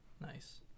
nice